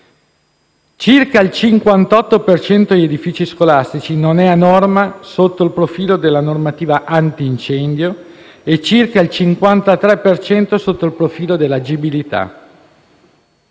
per cento degli edifici scolastici non è a norma sotto il profilo della normativa antincendio e circa il 53 per cento sotto il profilo dell'agibilità.